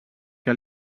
que